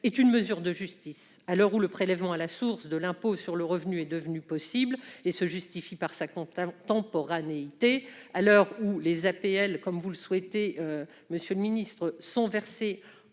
est une mesure de justice. À l'heure où le prélèvement à la source de l'impôt sur le revenu est devenu possible et se justifie par sa contemporanéité, à l'heure où les APL, comme vous le souhaitez, sont versées en prenant en